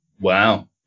Wow